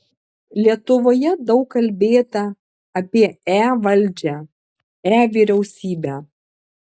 lietuvoje daug kalbėta apie e valdžią e vyriausybę